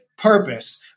purpose